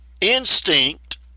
Instinct